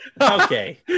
Okay